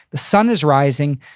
the sun is rising.